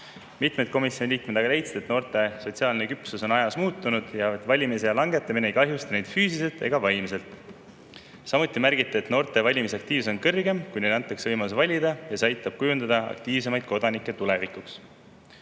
Mitmed komisjoni liikmed aga leidsid, et noorte sotsiaalne küpsus on ajas muutunud ja et valimisea langetamine ei kahjusta neid füüsiliselt ega vaimselt. Samuti märgiti, et noorte valimisaktiivsus on kõrgem, kui neile antakse võimalus valida, ja see aitab kujundada aktiivsemaid kodanikke tulevikus.